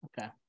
Okay